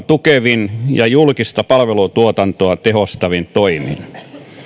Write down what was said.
tukevin ja julkista palvelutuotantoa tehostavin toimin